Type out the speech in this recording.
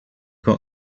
got